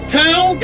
town